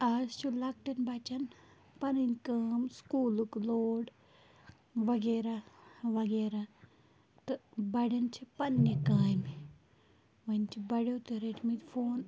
آز چھِ لۄکٹٮ۪ن بَچَن پَنٕنۍ کٲم سکوٗلُک لوڈ وغیرہ وغیرہ تہٕ بَڑٮ۪ن چھِ پنٛنہِ کامہِ وۄنۍ چھِ بڑیو تہِ رٔٹۍمٕتۍ فون